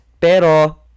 Pero